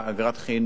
אגרת חינוך,